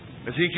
Ezekiel